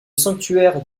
sanctuaire